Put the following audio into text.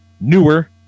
newer